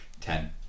Ten